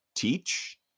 teach